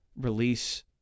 release